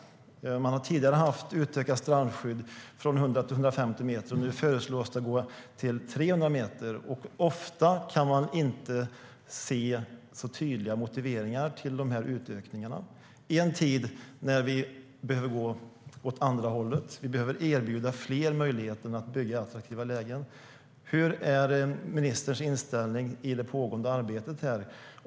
Man har tidigare ökat strandskyddet från 100 till 150 meter, och nu föreslås det till 300 meter. Ofta går det inte att se särskilt tydliga motiveringar till utökningarna. Och detta sker i en tid då vi behöver gå åt andra hållet och erbjuda möjligheten att bygga i attraktiva lägen åt fler. Vilken inställning har ministern till det pågående arbetet?